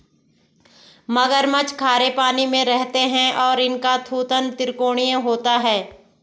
मगरमच्छ खारे पानी में रहते हैं और इनका थूथन त्रिकोणीय होता है